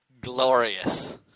glorious